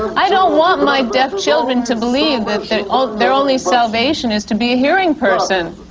i don't want my deaf children to believe that ah their only salvation is to be a hearing person.